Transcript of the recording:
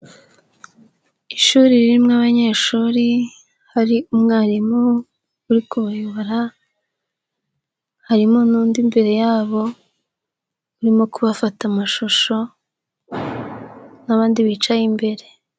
Ishuri ririmo abanyeshuri, hari umwarimu uri kubayobora, harimo n'undi imbere yabo, urimo kubafata amashusho, n'abandi bicaye imbere.